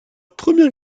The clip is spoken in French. première